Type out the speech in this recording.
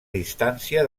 distància